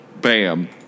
Bam